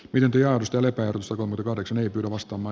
pidentyjaostolle päätös on kahdeksan eli turvasatama